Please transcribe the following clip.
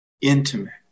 intimate